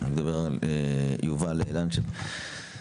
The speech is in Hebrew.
לעתים של מטופלים שרוצים רישיון או מרשם.